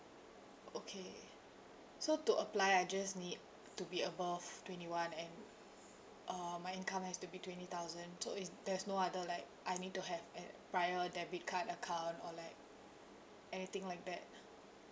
okay so to apply I just need to be above twenty one and uh my income has to be twenty thousand so it's there's no other like I need to have a prior debit card account or like anything like that